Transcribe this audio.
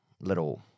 Little